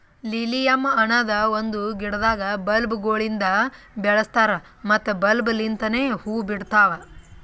lilium ಅನದ್ ಒಂದು ಗಿಡದಾಗ್ ಬಲ್ಬ್ ಗೊಳಿಂದ್ ಬೆಳಸ್ತಾರ್ ಮತ್ತ ಬಲ್ಬ್ ಲಿಂತನೆ ಹೂವು ಬಿಡ್ತಾವ್